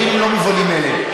יש פה דברים לא מובנים מאליהם,